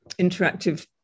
interactive